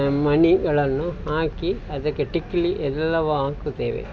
ಮಣಿಗಳನ್ನು ಹಾಕಿ ಅದಕ್ಕೆ ಟಿಕ್ಲಿ ಎಲ್ಲವೂ ಹಾಕುತ್ತೇವೆ